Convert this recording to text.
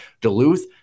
Duluth